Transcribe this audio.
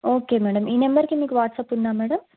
okay madam ఈ నెంబర్కి మీకు వాట్సప్ ఉందా మేడం